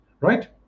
right